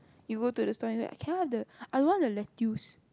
you go to the stall and say like can I have the I want the lettuce